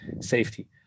safety